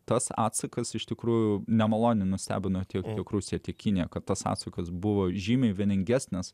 tas atsakas iš tikrųjų nemaloniai nustebino tiesiog rusija tiki kad tas atsakas buvo žymiai vieningesnis